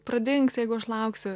pradings jeigu aš lauksiu ir